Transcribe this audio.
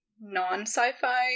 non-sci-fi